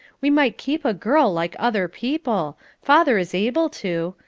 we might keep a girl like other people. father is able to.